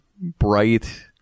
bright